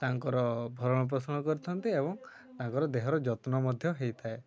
ତାଙ୍କର ଭରଣ ପୋଷଣ କରିଥାନ୍ତି ଏବଂ ତାଙ୍କର ଦେହର ଯତ୍ନ ମଧ୍ୟ ହେଇଥାଏ